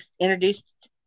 introduced